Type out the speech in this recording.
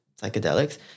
psychedelics